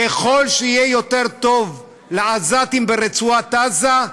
ככל שיהיה יותר טוב לעזתים ברצועת עזה,